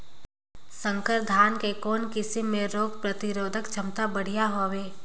संकर धान के कौन किसम मे रोग प्रतिरोधक क्षमता बढ़िया हवे?